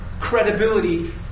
credibility